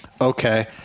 Okay